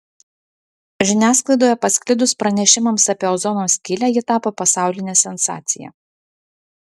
žiniasklaidoje pasklidus pranešimams apie ozono skylę ji tapo pasauline sensacija